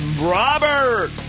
Robert